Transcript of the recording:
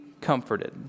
comforted